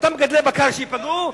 אותם מגדלי בקר שייפגעו,